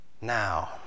Now